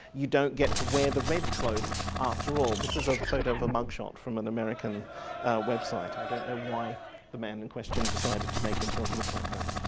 you don't get to wear the red cloak after all. this is a photo of a mugshot from an american website i don't know why the man in question decided to make himself look like that.